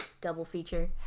double-feature